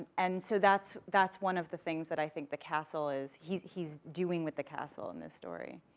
and so that's, that's one of the things that i think the castle is, he's he's doing with the castle in the story.